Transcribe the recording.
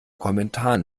kommentaren